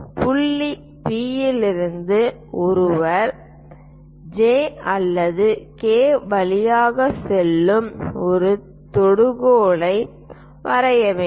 புள்ளி P இலிருந்து ஒருவர் J அல்லது K வழியாக செல்லும் ஒரு தொடுகோலை வரைய வேண்டும்